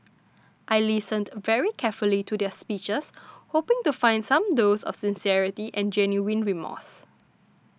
I listened very carefully to their speeches hoping to find some those of sincerity and genuine remorse